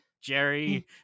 jerry